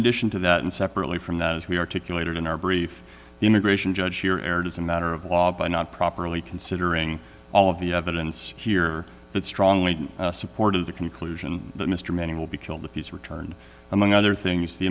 addition to that and separately from that as we articulated in our brief the immigration judge here erred as a matter of law by not properly considering all of the evidence here that strongly supported the conclusion that mr manning will be killed if he's returned among other things the